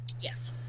yes